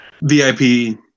VIP